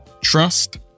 trust